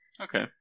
Okay